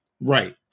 Right